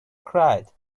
cried